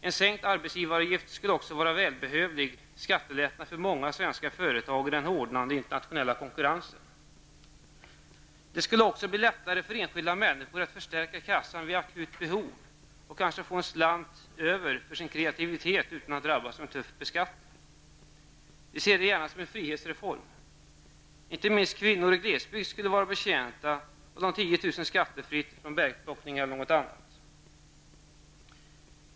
En sänkt arbetsgivaravgift skulle också vara en välbehövlig skattelättnad för många svenska företag i den hårdnande internationella konkurrensen. Det skulle också bli lättare för enskilda människor att förstärka kassan vid akuta behov och kanske att få en slant för sin kreativitet utan att drabbas av en tuff beskattning. Vi ser det gärna som en frihetsreform. Inte minst kvinnor glesbygd skulle vara betjänta av 10 000 kr. skattefritt från bärplockning eller något annat.